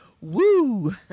woo